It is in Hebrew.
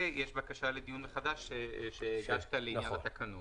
ויש בקשה לדיון מחדש שהגשת לעניין התקנות.